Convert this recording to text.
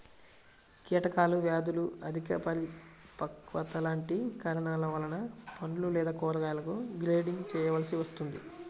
కీటకాలు, వ్యాధులు, అధిక పరిపక్వత లాంటి కారణాల వలన పండ్లు లేదా కూరగాయలను గ్రేడింగ్ చేయవలసి వస్తుంది